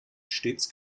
stets